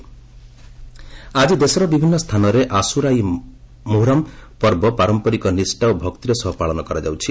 ମହରମ୍ ଆଜି ଦେଶର ବିଭିନ୍ନ ସ୍ଥାନରେ ଆଶୁରା ଇ ମୁହରମ୍ ପର୍ବ ପାରମ୍ପରିକ ନିଷ୍ଠା ଓ ଭକ୍ତିର ସହ ପାଳନ କରାଯାଉଛି